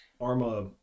Arma